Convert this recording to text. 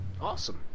Awesome